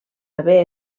haver